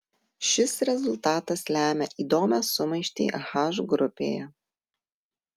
šis rezultatas lemia įdomią sumaištį h grupėje